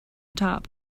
top